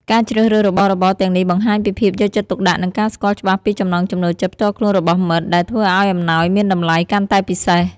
ការជ្រើសរើសរបស់របរទាំងនេះបង្ហាញពីភាពយកចិត្តទុកដាក់ និងការស្គាល់ច្បាស់ពីចំណង់ចំណូលចិត្តផ្ទាល់ខ្លួនរបស់មិត្ត ដែលធ្វើឲ្យអំណោយមានតម្លៃកាន់តែពិសេស។